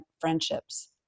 friendships